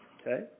okay